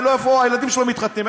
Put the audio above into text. הילדים שלו מתחתנים,